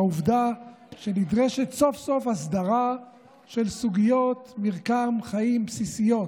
לעובדה שנדרשת סוף-סוף הסדרה של סוגיות מרקם חיים בסיסיות: